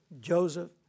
Joseph